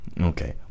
Okay